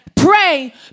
pray